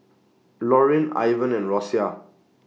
Lorin Ivan and Rosia